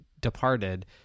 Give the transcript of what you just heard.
departed